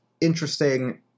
interesting